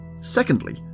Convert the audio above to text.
Secondly